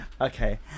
Okay